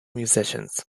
musicians